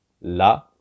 La